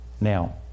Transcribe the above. Now